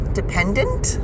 dependent